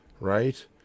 Right